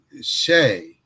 say